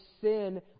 sin